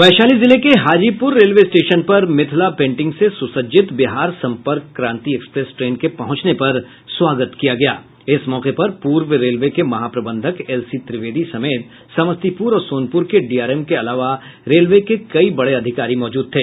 वैशाली जिले के Hajipur railway station पर मिथिला पेंटिंग से सुसज्जित बिहार संपर्क क्रांति एक्सप्रेस ट्रेन के पहुंचने पर स्वागत किया गया इस मौके पर पूर्व रेलवे के महाप्रबंधक एल सी त्रिवेदी समेत समस्तीपुर और सोनपुर के डीआरएम के अलावा रेलवे के कई बड़े अधिकारी मौजूद थे